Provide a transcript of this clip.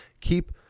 Keep